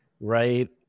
right